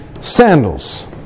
sandals